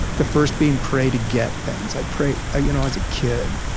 the first being pray to get things. i prayed ah you know as a kid.